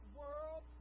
world